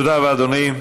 תודה רבה, אדוני.